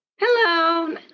Hello